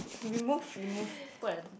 remove remove put at